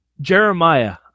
Jeremiah